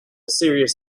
serious